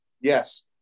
Yes